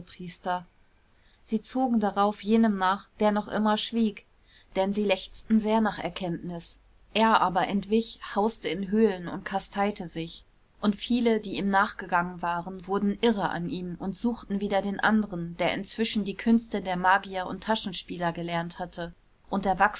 priester sie zogen darauf jenem nach der noch immer schwieg denn sie lechzten sehr nach erkenntnis er aber entwich hauste in höhlen und kasteite sich und viele die ihm nachgegangen waren wurden irre an ihm und suchten wieder den anderen der inzwischen die künste der magier und taschenspieler gelernt hatte